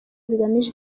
zigamije